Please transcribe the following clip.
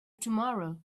tomorrow